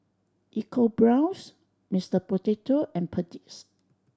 EcoBrown's Mister Potato and Perdix